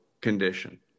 condition